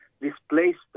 displaced